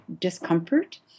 discomfort